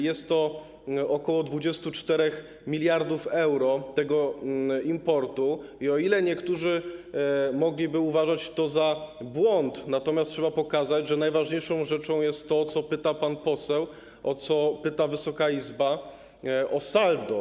Jest to ok. 24 mld euro tego importu i niektórzy mogliby uważać to za błąd, natomiast trzeba pokazać, że najważniejszą rzeczą jest to, o co pyta pan poseł, o co pyta Wysoka Izba - o saldo.